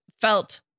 felt